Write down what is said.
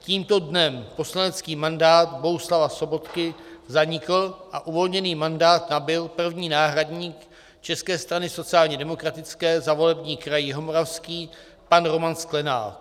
Tímto dnem poslanecký mandát Bohuslava Sobotky zanikl a uvolněný mandát nabyl první náhradník České strany sociálně demokratické za volební kraj Jihomoravský pan Roman Sklenák.